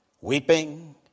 weeping